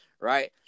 right